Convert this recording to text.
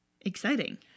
Exciting